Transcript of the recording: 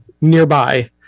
nearby